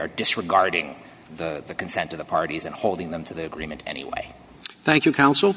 or disregarding the consent of the parties and holding them to the agreement anyway thank you counsel